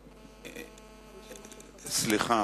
סליחה.